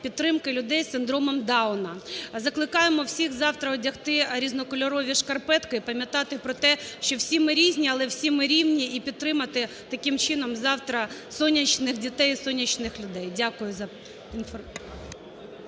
підтримки людей з синдромом Дауна. Закликаємо всіх завтра одягти різнокольорові шкарпетки і пам'ятати про те, що всі ми різні, але всі ми рівні, і підтримати таким чином завтра сонячних дітей і сонячних людей. Дякую. ГОЛОВУЮЧИЙ.